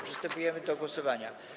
Przystępujemy do głosowania.